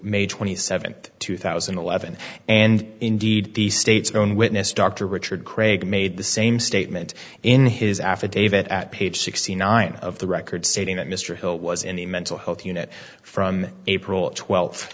may twenty seventh two thousand and eleven and indeed the state's own witness dr richard craig made the same statement in his affidavit at page sixty nine of the record stating that mr hill was in the mental health unit from april twel